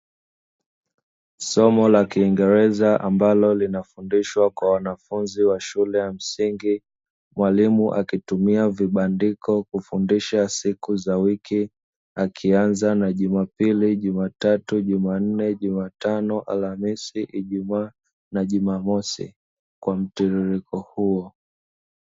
Somo la ya kiingereza ambalo linafundishwa kwa wanafunzi wa shule ya msingi, mwalimu akitumia vibandiko kufundisha siku za wiki; akianza na jumapili, jumatatu, jumanne, jumatano, alhamisi, ijumaa na jumamosi kwa mtiririko huo.